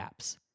apps